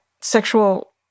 sexual